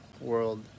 world